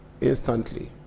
instantly